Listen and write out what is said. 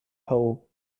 hole